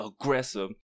aggressive